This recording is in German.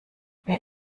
wer